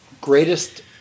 greatest